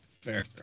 Fair